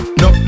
no